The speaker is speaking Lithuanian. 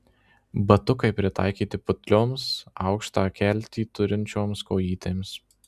batukai pritaikyti putlioms aukštą keltį turinčioms kojytėms